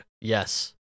yes